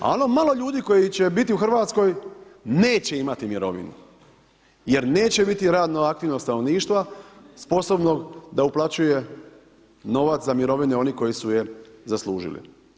A ono malo ljudi koji će bit u Hrvatskoj neće imati mirovinu, jer neće biti radno aktivnog stanovništva sposobnog da uplaćuje novac za mirovine onih koji su je zaslužili.